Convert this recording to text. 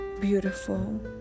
beautiful